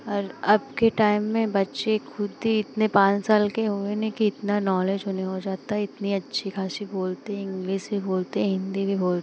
और अब के टाइम में बच्चे ख़ुद ही इतने पाँच साल के हुए नहीं कि इतना नालेज उन्हें हो जाता है इतनी अच्छी ख़ासी बोलते हैं इंग्लिस भी बोलते हैं हिन्दी भी बोलते हैं